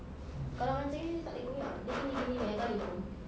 kalau macam gini dia tak boleh koyak dia gini gini eh tak boleh pun